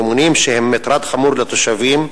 אימונים שהם מטרד חמור לתושבים,